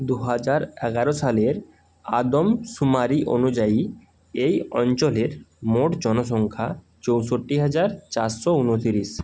দুহাজার এগারো সালের আদমশুমারি অনুযায়ী এই অঞ্চলের মোট জনসংখ্যা চৌষট্টি হাজার চারশো উনতিরিশ